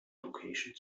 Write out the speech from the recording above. location